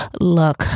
Look